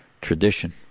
tradition